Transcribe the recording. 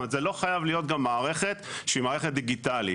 זה לא חייב להיות גם מערכת שהיא מערכת דיגיטלית.